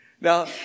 Now